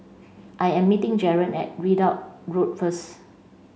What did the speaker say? I am meeting Jaron at Ridout Road first